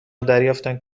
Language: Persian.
دریافتند